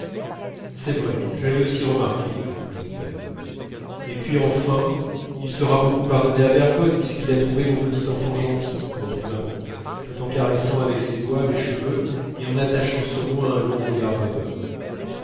c'est vrai je l'avais aussi remarqué répondit mon père et puis enfin il sera beaucoup pardonné à bergotte puisqu'il a trouvé mon petit enfant gentil reprit maman tout en caressant avec ses doigts mes cheveux et en attachant sur moi un long regard rêveur